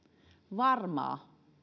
varmaa